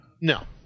No